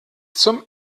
zum